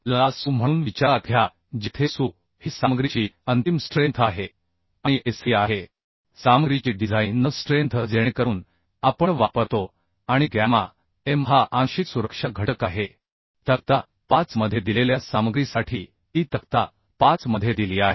ला Su म्हणून विचारात घ्या जेथे Su ही सामग्रीची अंतिम स्ट्रेंथ आहे आणि Sd आहे सामग्रीची डिझाईं न स्ट्रेंथ जेणेकरून आपण वापरतो आणि गॅमा m हा आंशिक सुरक्षा घटक आहे तक्ता 5 मध्ये दिलेल्या सामग्रीसाठी ती तक्ता 5 मध्ये दिली आहे